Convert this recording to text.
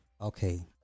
Okay